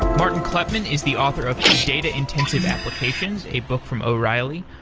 martin kleppmann is the author of data-intensive applications, a book from o'reilly.